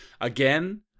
again